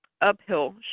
uphill